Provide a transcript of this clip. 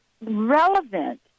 relevant